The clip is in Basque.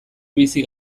bizi